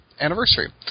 anniversary